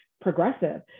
progressive